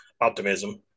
optimism